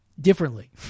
differently